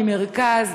ממרכז,